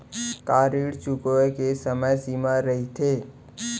का ऋण चुकोय के समय सीमा रहिथे?